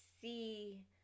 see